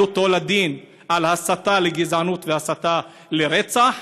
אותו לדין על הסתה לגזענות והסתה לרצח,